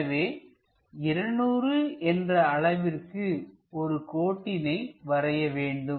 எனவே 200 என்ற அளவிற்கு ஒரு கோட்டினை வரைய வேண்டும்